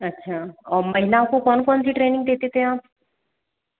अच्छा और महिलाओं को कौन कौन सी ट्रेनिंग देते थे आप